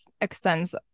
extends